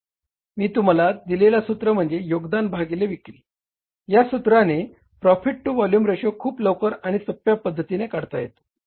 मी तुम्हाला दिलेला सूत्र म्हणजेच योगदान भागिले विक्री या सूत्राने प्रॉफिट टू वोल्युम रेशो खूप लवकर आणि सोप्या पद्धतीने काढता येतो